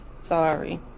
Sorry